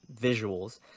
visuals